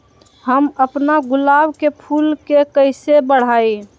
हम अपना गुलाब के फूल के कईसे बढ़ाई?